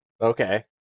Okay